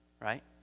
right